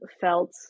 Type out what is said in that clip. felt